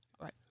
right